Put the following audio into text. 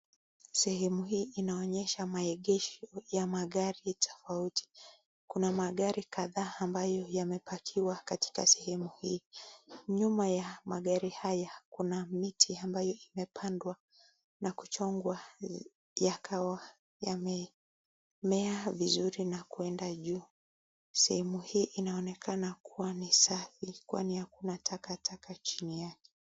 Sehemu hii inaonyesha maegesho ya magari tofauti. Kuna magari kadhaa ambayo yamepakiwa katika sehemu hii. Nyuma ya magari haya kuna neti ambayo imepandwa na kuchongwa yakawa yamemea vizuri na kwenda juu. Sehemu hii inaonekana kuwa ni safi kwani hakuna takataka chini yake.